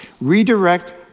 redirect